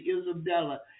Isabella